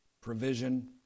provision